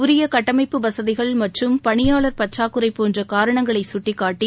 உரிய கட்டமைப்பு வசதிகள் மற்றும் பணியாளா் பற்றாக்குறை போன்ற காரணங்களை கட்டிக்காட்டி